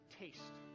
taste